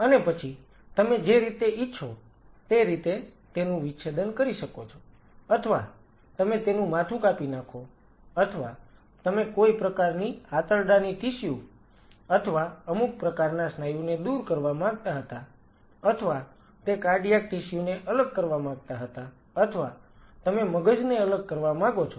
અને પછી તમે જે રીતે ઇચ્છો તે રીતે તેનું વિચ્છેદન કરી શકો છો અથવા તમે તેનું માથું કાપી નાખો અથવા તમે કોઈ પ્રકારની આંતરડાની ટીસ્યુ અથવા અમુક પ્રકારના સ્નાયુને દૂર કરવા માંગતા હતા અથવા તે કાર્ડિયાક ટીસ્યુ ને અલગ કરવા માંગતા હતા અથવા તમે મગજને અલગ કરવા માંગો છો